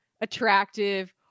attractive